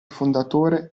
fondatore